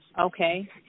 Okay